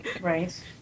Right